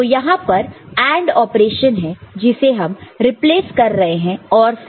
तो यहां पर AND ऑपरेशन है जिसे हम रिप्लेस कर कर रहे हैं OR से